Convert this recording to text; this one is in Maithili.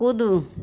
कूदू